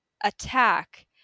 attack